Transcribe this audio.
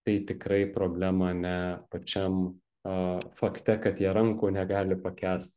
tai tikrai problema ne pačiam a fakte kad jie rankų negali pakęst